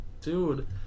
dude